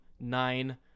Nine